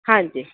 ਹਾਂਜੀ